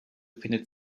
findet